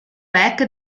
back